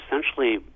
essentially